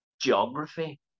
geography